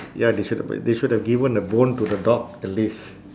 ya they should ha~ they should have given a bone to the dog at least